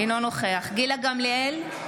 אינו נוכח גילה גמליאל,